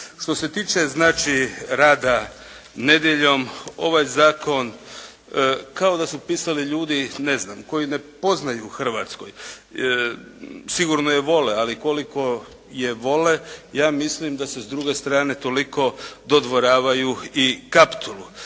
Što se tiče znači rada nedjeljom ovaj zakon kao da su pisali ljudi koji ne poznaju Hrvatsku. Sigurno je vole ali koliko je vole ja mislim da se s druge strane toliko dodvoravaju i Kaptolu.